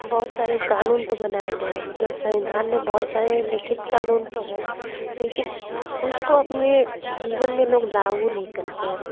बहुत सारे कानून तो बनाए गए हैं मतलब संविधान में बहुत सारे लिखित कानून तो है लेकिन उसको अपने जीवन में लोग लागू नहीं करते हैं